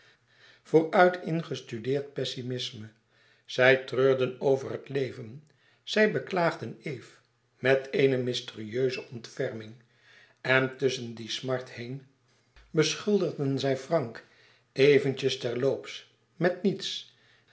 vooruit ingestudeerd pessimisme zij treurden over het leven zij beklaagden eve met eene mysterieuze ontferming en tusschen die smart heen beschuldigden zij frank eventjes ter loops met niets